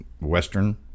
Western